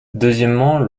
deuxièmement